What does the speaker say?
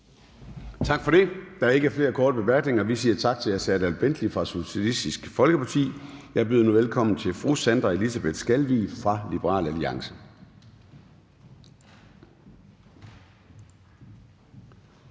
Tak for det. Der er ikke flere korte bemærkninger, så vi siger tak til hr. Serdal Benli fra Socialistisk Folkeparti. Jeg byder nu velkommen til fru Sandra Elisabeth Skalvig fra Liberal Alliance.